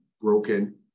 broken